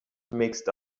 mixed